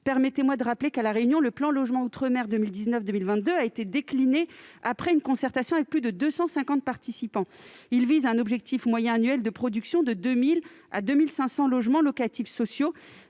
Permettez-moi de rappeler que le plan Logement outre-mer 2019-2022 y a été décliné après concertation avec plus de 250 participants. Ce plan a un objectif moyen annuel de production de 2 000 à 2 500 logements locatifs sociaux,